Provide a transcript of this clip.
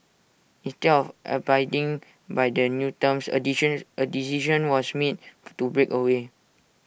instead of abiding by the new terms A A decision was made to break away